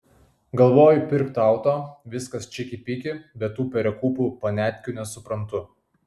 galvoju pirkt auto viskas čiki piki bet tų perekūpų paniatkių nesuprantu